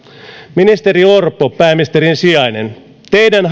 ministeri orpo pääministerin sijainen teidän